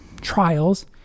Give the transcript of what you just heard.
trials